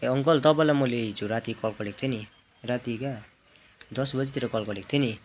ए uncle तपाईँलाई मैले हिजो राति कल गरेको थिएँ नि राति क्या दस बजीतिर कल गरेको थिएँ नि